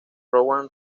rowan